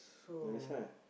that's why